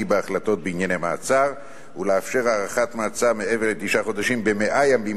בהחלטות בענייני מעצר ולאפשר הארכת מעצר מעבר לתשעה חודשים ב-100 ימים,